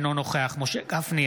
אינו נוכח משה גפני,